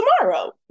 tomorrow